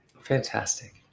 Fantastic